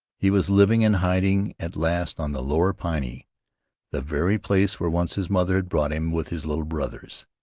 he was living and hiding at last on the lower piney the very place where once his mother had brought him with his little brothers.